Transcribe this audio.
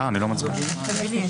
מי נגד?